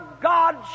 God